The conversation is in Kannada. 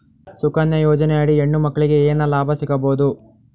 ಸುಕನ್ಯಾ ಯೋಜನೆ ಅಡಿ ಹೆಣ್ಣು ಮಕ್ಕಳಿಗೆ ಏನ ಲಾಭ ಸಿಗಬಹುದು?